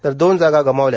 तर दोन जागा गमावल्या